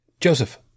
Joseph